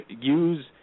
use